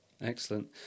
Excellent